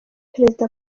perezida